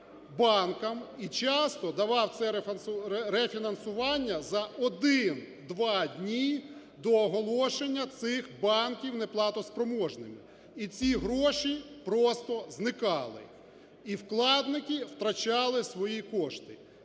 і часто давав це рефінансування за 1-2 дні до оголошення цих банків неплатоспроможними і ці гроші просто зникали, і вкладники втрачали свої кошти.